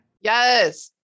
Yes